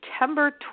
September